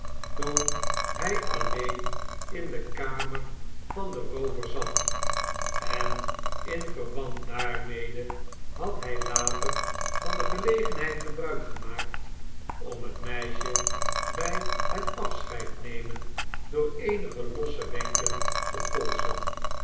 toen hij alleen in de kamer van den roover zat en in verband daarmede had hij later van de gelegenheid gebruik gemaakt om het meisje bij het afscheidnemen door eenige losse wenken te polsen